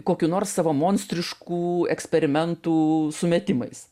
kokiu nors savo monstriškų eksperimentų sumetimais